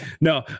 no